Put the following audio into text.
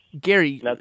Gary